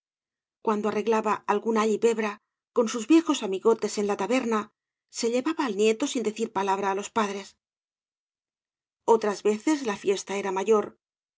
cuando arreglaba algún all y pebre con sus viejos amigotes en la taberna se llevaba al nieto sin decir palabra á los padres otras veces la fiesta era mayor